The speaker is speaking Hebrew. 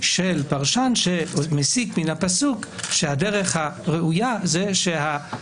אני מציע שבשבוע הבא נעשה סמינריון.